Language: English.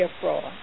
fraud